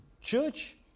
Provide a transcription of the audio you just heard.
church